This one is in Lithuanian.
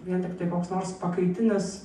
vien tiktai koks nors pakaitinis